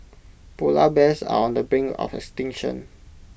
Polar Bears are on the brink of extinction